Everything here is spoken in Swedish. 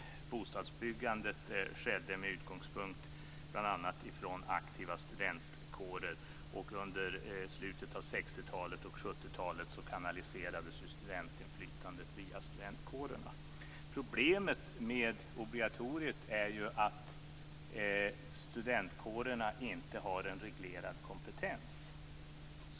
Bostadsbyggandet skedde med utgångspunkt bl.a. i aktiva studentkårer. Under slutet av 60-talet och under 1970-talet kanaliserades ju studentinflytandet via studentkårerna. Problemet med obligatoriet är ju att studentkårerna inte har en reglerad kompetens.